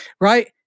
right